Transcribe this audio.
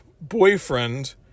boyfriend